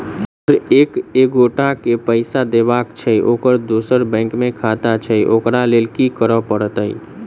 Sir एक एगोटा केँ पैसा देबाक छैय ओकर दोसर बैंक मे खाता छैय ओकरा लैल की करपरतैय?